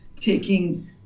taking